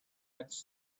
such